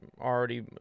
already